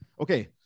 Okay